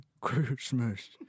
Christmas